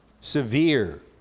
Severe